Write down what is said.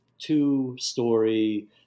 two-story